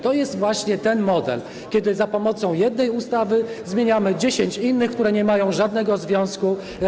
To jest właśnie ten model, w którym za pomocą jednej ustawy zmieniamy dziesięć innych, które nie mają z nią żadnego związku.